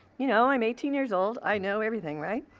you know, i'm eighteen years old, i know everything, right?